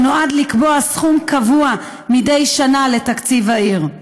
שנועד לקבוע סכום קבוע מדי שנה לתקציב העיר?